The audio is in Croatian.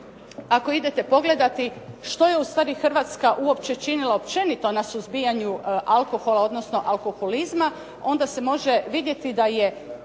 ako idete pogledati što je ustvari Hrvatska uopće činila općenito na suzbijanju alkohola, odnosno alkoholizma, onda se može vidjeti da je